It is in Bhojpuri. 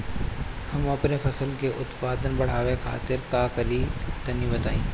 हम अपने फसल के उत्पादन बड़ावे खातिर का करी टनी बताई?